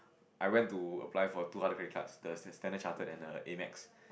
I went to apply for two hundred credit cards the the Standard Chartered and the Amex